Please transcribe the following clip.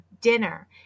dinner